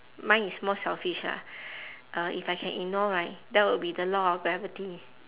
mine is more selfish lah uh if I can ignore right that would be the law of gravity